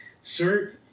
Sir